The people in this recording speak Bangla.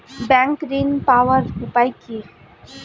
ব্যাংক ঋণ পাওয়ার উপায় কি?